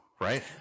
right